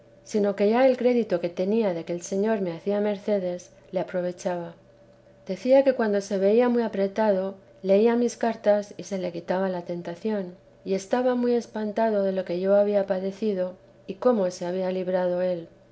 sino que ya el crédito que tenía de que el señor me hacía mercedes le aprovechaba decía que cuando se veía muy apretado leía mis cartas y se le quitaba la tentación y estaba muy espantado de lo que yo había padecido y cómo se había librado él